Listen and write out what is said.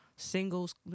Singles